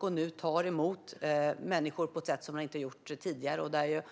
som nu tar emot människor på ett annat sätt än tidigare.